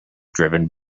driven